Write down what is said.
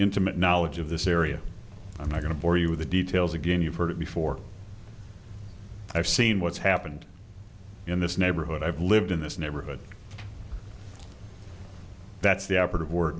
intimate knowledge of this area i'm not going to bore you with the details again you've heard it before i've seen what's happened in this neighborhood i've lived in this neighborhood that's the operative word